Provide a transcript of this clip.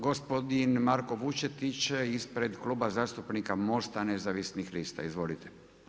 Gospodin Marko Vučetić ispred Kluba zastupnika MOST-a nezavisnih lista, izvolite.